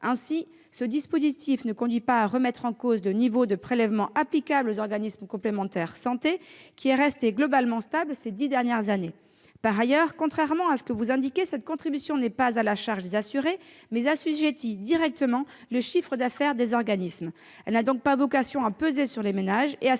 Ainsi, ce dispositif ne conduit pas à remettre en cause le niveau de prélèvement applicable aux organismes complémentaires, qui est resté globalement stable ces dix dernières années. Par ailleurs, contrairement à ce que vous indiquez, cette contribution n'est pas à la charge des assurés, mais assujettit directement le chiffre d'affaires des organismes. Elle n'a donc pas vocation à peser sur les ménages et à